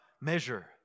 measure